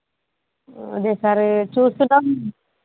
అదే సార్ చూస్తున్నాం